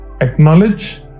acknowledge